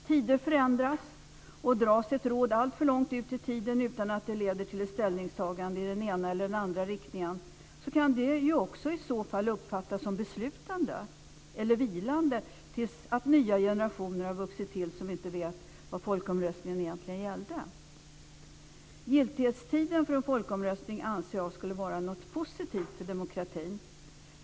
Tider förändras, och dras ett råd alltför långt ut i tiden utan att det leder till ett ställningstagande i den ena eller den andra riktningen, kan det uppfattas som något beslutande eller vilande till dess att nya generationer har vuxit till sig som inte vet vad folkomröstningen egentligen gällde. Giltighetstiden för en folkomröstning ska vara något positivt för demokratin.